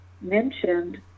mentioned